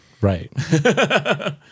Right